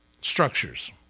structures